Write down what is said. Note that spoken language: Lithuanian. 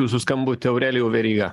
jūsų skambutį aurelijau veryga